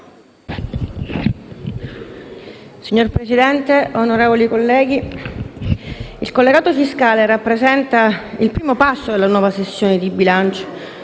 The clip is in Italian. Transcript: Signor Presidente, onorevoli colleghi, il collegato fiscale rappresenta il primo passo della nuova sessione di bilancio.